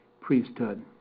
priesthood